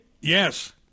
Yes